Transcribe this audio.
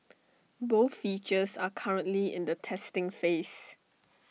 both features are currently in the testing phase